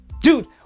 Dude